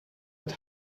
het